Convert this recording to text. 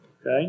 Okay